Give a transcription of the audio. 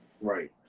Right